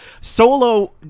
Solo